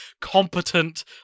competent